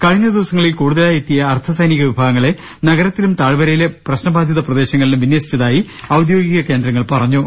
കഴിഞ്ഞ ദിവസങ്ങളിൽ കൂടുതലായി എത്തിയ അർദ്ധസൈനിക വിഭാഗങ്ങളെ നഗരത്തിലും താഴ്വരയിലെ പ്രശ്ന ബാധിത പ്രദേശങ്ങളിലും വിന്യസിച്ചതായി ഔദ്യോഗിക കേന്ദ്രങ്ങൾ പറഞ്ഞു